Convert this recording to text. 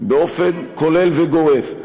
באופן כולל וגורף.